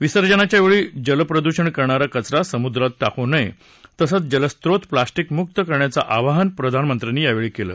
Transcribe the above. विसर्जनाच्या वेळी जलप्रदृषण करणारा कचरा समुद्रात टाकू नये तसंच जलस्रोत प्लॅस्टिक मुक्त करण्याचं आवाहन प्रधानमंत्र्यांनी यावेळी केलं